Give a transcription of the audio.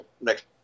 next